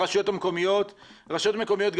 אבל אני לפחות יודע מהמשרד להגנת הסביבה שרשויות מקומיות,